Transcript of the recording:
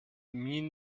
mean